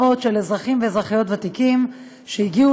מאות של אזרחים ואזרחיות ותיקים שהגיעו